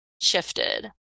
shifted